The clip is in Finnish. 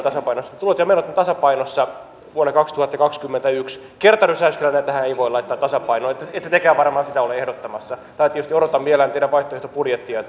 tasapainossa mutta tulot ja menot ovat tasapainossa vuonna kaksituhattakaksikymmentäyksi kertarysäyksellähän tätä ei voi laittaa tasapainoon ette tekään varmaan sitä ole ehdottamassa tai tietysti odotan mielelläni teidän vaihtoehtobudjettianne